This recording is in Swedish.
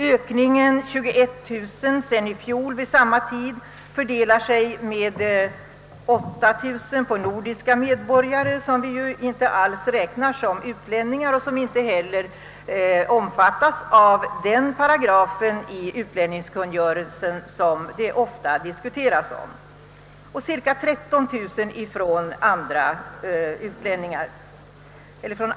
Ökningen, 21000 sedan samma tid i fjol, fördelar sig med 8 000 på nordiska medborgare, som vi ju inte alls räknar som utlänningar och som inte heller omfattas av den paragraf i utlänningskungörelsen som oftast diskuteras, och 13000 på andra utlänningar.